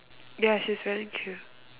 ya she's wearing shoe